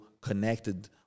connected